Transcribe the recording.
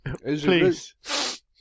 please